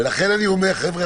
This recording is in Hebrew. ולכן אני אומר: חבר'ה,